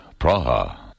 Praha